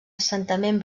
assentament